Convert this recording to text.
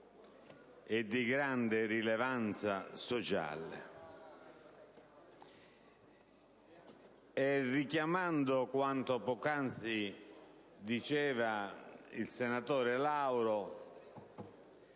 è di grande rilevanza sociale. Richiamando quanto poc'anzi ha dichiarato il senatore Lauro,